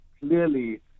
clearly